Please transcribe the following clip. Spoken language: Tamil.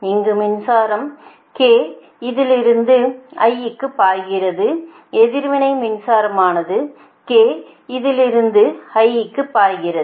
இங்கு மின்சாரம் k இலிருந்து i க்கு பாய்கிறது எதிர்வினை மின்சாரம்யானது k இலிருந்து i க்கு பாய்கிறது